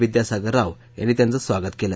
विद्यासागरराव यांनी त्यांचं स्वागत केलं